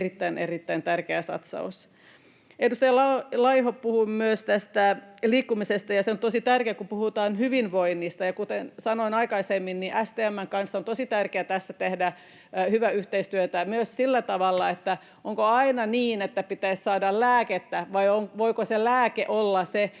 erittäin tärkeä satsaus. Edustaja Laiho puhui myös liikkumisesta, ja se on tosi tärkeää, kun puhutaan hyvinvoinnista. Kuten sanoin aikaisemmin, niin STM:n kanssa on tosi tärkeää tehdä tässä hyvää yhteistyötä myös sillä tavalla, että onko aina niin, että pitäisi saada lääkettä, vai voiko lääke olla se,